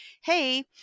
Hey